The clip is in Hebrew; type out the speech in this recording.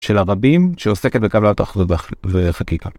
של הרבים שעוסקת בקבלת החובה ובחקיקה.